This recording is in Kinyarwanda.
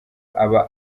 aba